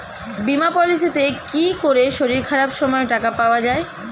বীমা পলিসিতে কি করে শরীর খারাপ সময় টাকা পাওয়া যায়?